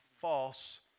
false